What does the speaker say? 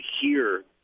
hear